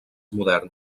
modern